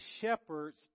shepherds